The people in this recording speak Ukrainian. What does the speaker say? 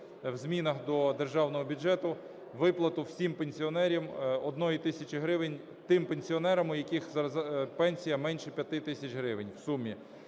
в змінах до державного бюджету: виплату всім пенсіонерам 1 тисячі гривень, тим пенсіонерам, у яких пенсія менше 5 тисяч гривень